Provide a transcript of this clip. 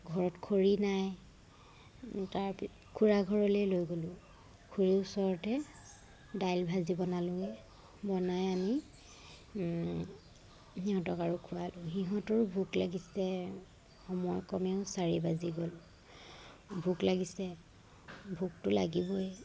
ঘৰত খৰি নাই তাৰপিছত খুৰা ঘৰলৈ লৈ গলোঁ খুৰীৰ ওচৰতে দাইল ভাজি বনালোঁগে বনাই আনি সিহঁতক আৰু খোৱালোঁহি সিহঁতৰো ভোক লাগিছে সময় কমেও চাৰি বাজি গ'ল ভোক লাগিছে ভোকটো লাগিবই